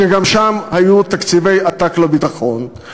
שגם שם היו תקציבי עתק לביטחון,